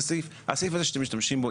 הסעיף הזה שאתם משתמשים בו,